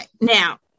Now